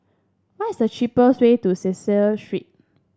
what is the cheapest way to Cecil Street